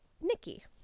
Nikki